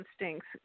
instincts